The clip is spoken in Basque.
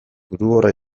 burugogorra